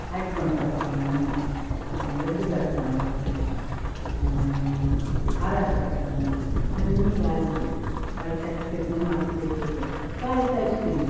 అరటిపండు పెడతాము వాళ్ళకి లడ్డు పెడతాము కారాసు పెడతాము అన్ని వాళ్ళకి వాళ్లకి ఎట్ట పెట్టినామో అట్ట పెట్టేసి వాళ్లకి ఐస్క్రీము